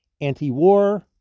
anti-war